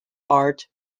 art